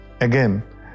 Again